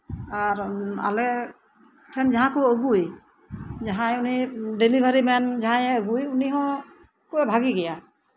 ᱟᱨ ᱟᱞᱮ ᱴᱷᱮᱱ ᱡᱟᱸᱦᱟ ᱠᱚ ᱟᱸᱜᱩᱭ ᱡᱟᱸᱦᱟᱭ ᱩᱱᱤ ᱰᱮᱞᱤᱵᱷᱟᱨᱤ ᱢᱮᱱ ᱡᱟᱸᱦᱟᱭ ᱟᱹᱜᱩᱭ ᱩᱱᱤ ᱦᱚᱭ ᱵᱷᱟᱹᱜᱤ ᱜᱮᱭᱟ